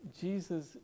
Jesus